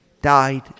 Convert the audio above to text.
died